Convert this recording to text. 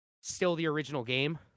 still-the-original-game